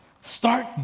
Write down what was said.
start